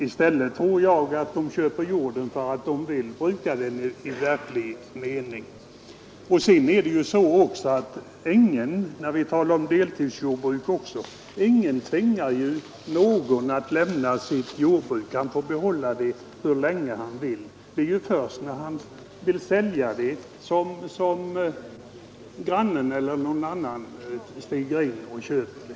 I stället tror jag att de köper jorden därför att de verkligen ämnar bruka den. När det vidare gäller deltidsjordbruk är det ingen som tvingas att lämna sitt jordbruk. Ägaren får behålla det så länge han vill. Det är först när han vill sälja det som t.ex. grannen får träda in och köpa det.